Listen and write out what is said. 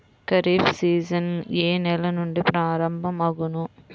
Kharif season ఏ నెల నుండి ప్రారంభం అగును?